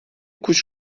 kuş